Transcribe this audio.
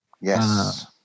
Yes